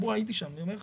הייתי שם, אני אומר לך.